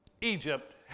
Egypt